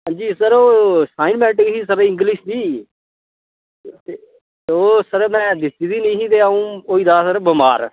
हां जी सर ओह् असाइनमेंट ही सर इंग्लिश दी ते ओह् सर में दित्ते दी निं ही ते अ'ऊं होई दा हा सर बमार